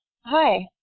Hi